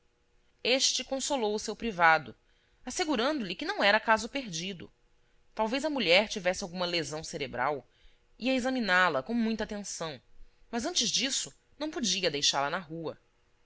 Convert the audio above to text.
este consolou o seu privado assegurando lhe que não era caso perdido talvez a mulher tivesse alguma lesão cerebral ia examiná-la com muita atenção mas antes disso não podia deixá-la na rua